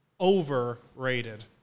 Overrated